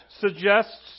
suggests